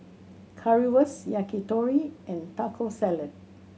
Currywurst Yakitori and Taco Salad